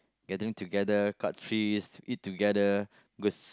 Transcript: gathering together cut fish eat together go see